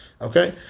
Okay